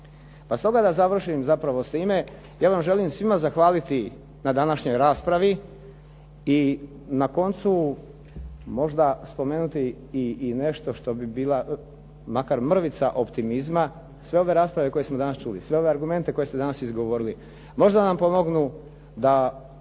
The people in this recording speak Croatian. Pa stoga da završim zapravo s time, ja vam želim svima zahvaliti na današnjoj raspravi i na koncu možda spomenuti i nešto što bi bila makar mrvica optimizma. Sve ove rasprave koje smo danas čuli, sve ove argumente koje ste danas izgovorili, možda vam pomognu da